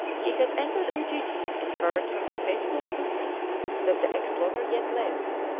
he has entered ujiji and heard from the faithful susi that the explorer yet lives.